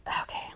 Okay